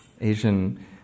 Asian